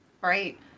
Right